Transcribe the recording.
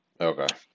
Okay